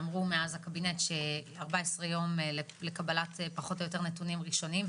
מאז הקבינט נאמר שזקוקים ל-14 יום לקבלת נתונים ראשונים,